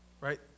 right